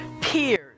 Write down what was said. peers